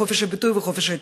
בחופש הביטוי ובחופש העיתונות?